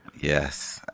Yes